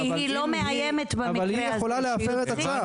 אבל היא יכולה להפר את הצו.